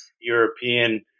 European